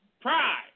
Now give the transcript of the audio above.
pride